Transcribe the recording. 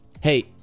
Hey